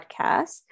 podcast